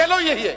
זה לא יהיה.